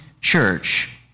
church